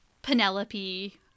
Penelope